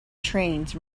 trains